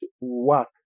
work